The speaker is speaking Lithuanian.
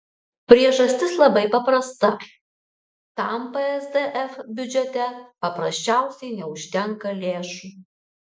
priežastis labai paprasta tam psdf biudžete paprasčiausiai neužtenka lėšų